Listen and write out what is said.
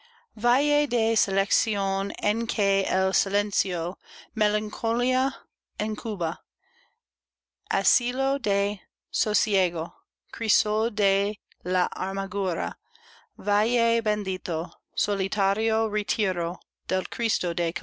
selección en que el silencio melancolía incuba asilo de sosiego crisol de la amargura valle bendito solitario